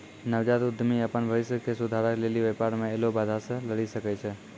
नवजात उद्यमि अपन भविष्य के सुधारै लेली व्यापार मे ऐलो बाधा से लरी सकै छै